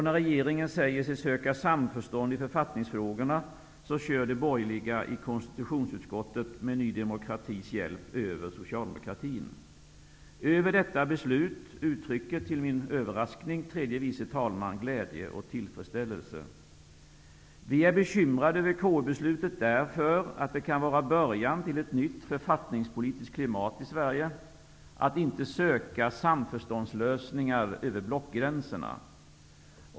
När regeringen säger sig söka samförstånd i författningsfrågorna, kör de borgerliga i konstitutionsutskottet med Ny demokratis hjälp över socialdemokraterna. Till min överraskning uttrycker tredje vice talman glädje och tillfredsställelse över detta beslut. Vi är bekymrade över KU-beslutet, eftersom det kan vara början till ett nytt författningspolitiskt klimat i Sverige, där man inte söker samförstånd över blockgränserna.